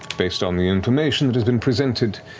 based on the information that has been presented,